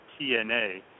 TNA